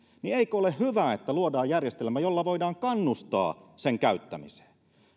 niin eikö ole hyvä että luodaan järjestelmä jolla voidaan kannustaa sen käyttämiseen